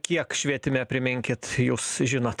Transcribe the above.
kiek švietime priminkit jūs žinot